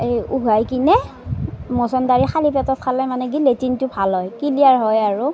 এই উবাই কিনে মছন্দৰী খালী পেটত খালে মানে কি লেট্ৰিনটো ভাল হয় ক্লিয়াৰ হয় আৰু